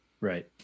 Right